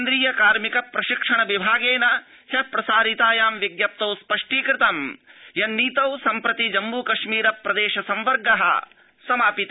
केन्द्रीय कार्मिक प्रशिक्षण विभागेन ह्य प्रसारिताम् आधिकारिक विज्ञप्रौ स्पष्टीकृतं यन्नीतौ सम्प्रति जम्मू कश्मीर प्रदेश संवर्ग समापित